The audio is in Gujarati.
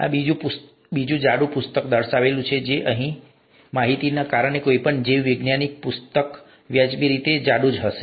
આ બીજું જાડું પુસ્તક છે અને હવે ઉપલબ્ધ માહિતીને કારણે કોઈપણ જીવવિજ્ઞાન પુસ્તક વ્યાજબી રીતે જાડું પુસ્તક હશે